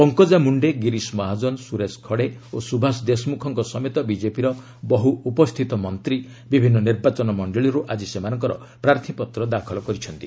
ପଙ୍କଜା ମ୍ରଶ୍ଚେ ଗିରିଶ ମହାଜନ ସୁରେଶ ଖଡେ ଓ ସୁଭାସ ଦେଶମୁଖଙ୍କ ସମେତ ବିଜେପିର ବହୁ ଉପସ୍ଥିତ ମନ୍ତ୍ରୀ ବିଭିନ୍ନ ନିର୍ବାଚନ ମଣ୍ଡଳୀରୁ ଆଜି ସେମାନଙ୍କର ପ୍ରାର୍ଥୀପତ୍ର ଦାଖଲ କରିଛନ୍ତି